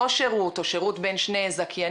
אחרים.